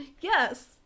Yes